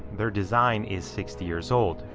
their design is sixty years old.